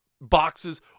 boxes